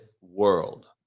world